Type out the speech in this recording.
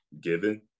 given